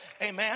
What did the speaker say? amen